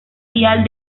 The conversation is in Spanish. vial